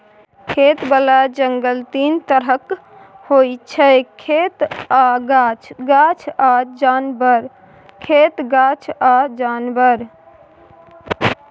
खेतबला जंगल तीन तरहक होइ छै खेत आ गाछ, गाछ आ जानबर, खेत गाछ आ जानबर